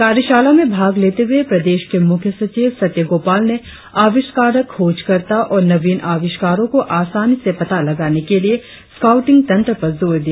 कार्यशाला में भाग लेते हुए प्रदेश के मुख्य सचिव सत्य गोपाल ने आविष्कारक खोजकर्ता और नवीन आविष्कारों को आसानी से पता लगाने के लिए स्काउटिंन तंत्र पर जोर दिया